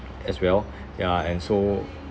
as well ya and so